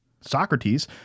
Socrates